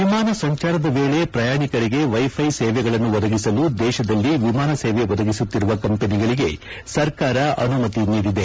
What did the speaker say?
ವಿಮಾನ ಸಂಚಾರದ ವೇಳೆ ಪ್ರಯಾಣಿಕರಿಗೆ ವೈ ಫೈ ಸೇವೆಗಳನ್ನು ಒದಗಿಸಲು ದೇಶದಲ್ಲಿ ವಿಮಾನ ಸೇವೆ ಒದಗಿಸುತ್ತಿರುವ ಕಂಪನಿಗಳಿಗೆ ಸರ್ಕಾರ ಅನಮತಿ ನೀಡಿದೆ